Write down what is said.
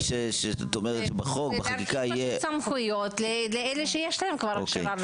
לתת סמכויות לאלה שיש להם כבר הכשרה.